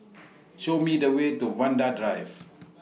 Show Me The Way to Vanda Drive